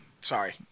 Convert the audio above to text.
Sorry